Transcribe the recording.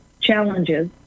challenges